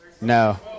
No